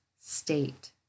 state